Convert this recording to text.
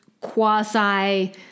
quasi